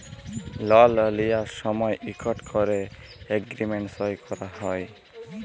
লল লিঁয়ার সময় ইকট ক্যরে এগ্রীমেল্ট সই ক্যরা হ্যয়